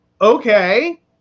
okay